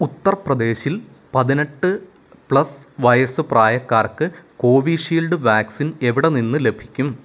ഉത്തർപ്രദേശിൽ പതിനെട്ട് പ്ലസ് വയസ്സ് പ്രായക്കാർക്ക് കോവിഷീൽഡ് വാക്സിൻ എവിടെ നിന്ന് ലഭിക്കും